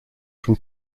from